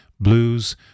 Blues